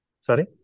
Sorry